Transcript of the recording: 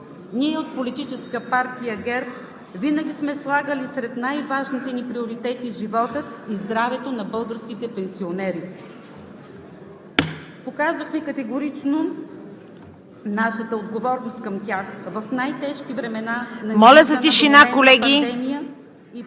Моля за тишина, колеги!